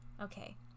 okay